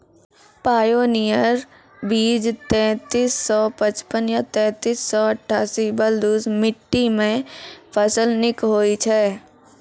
Pioneer बीज तेंतीस सौ पचपन या तेंतीस सौ अट्ठासी बलधुस मिट्टी मे फसल निक होई छै?